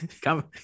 come